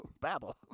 Babble